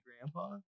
grandpa